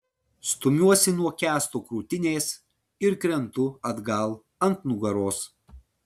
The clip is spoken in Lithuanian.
stumiuosi nuo kęsto krūtinės ir krentu atgal ant nugaros